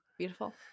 Beautiful